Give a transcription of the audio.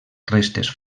restes